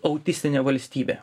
autistinė valstybė